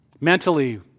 Mentally